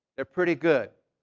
they're pretty good.